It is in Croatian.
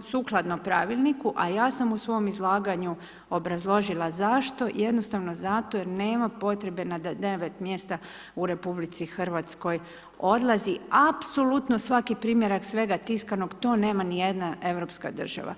sukladno pravilniku, a ja sam u svom izlaganju obrazložila zašto, jednostavno zato jer nema potrebe ... u RH odlazi apsolutno svaki primjerak svega tiskanog, to nema nijedna europska država.